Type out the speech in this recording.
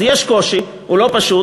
אז יש קושי, הוא לא פשוט.